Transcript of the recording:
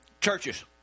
churches